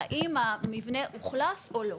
האם המבנה אוכלס או לא.